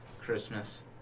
Christmas